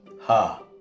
Ha